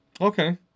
Okay